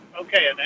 okay